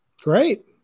Great